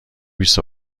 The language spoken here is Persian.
بیست